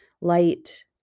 light